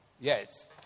Yes